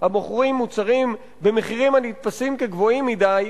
המוכרים מוצרים במחירים הנתפסים כגבוהים מדי,